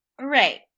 Right